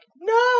no